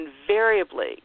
invariably